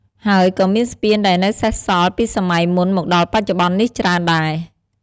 ហើយក៏មានស្ពានដែលនៅសេសសល់ពីសម័យមុនមកដល់បច្ចុប្បន្ននេះច្រើនដែរ។